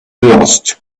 lost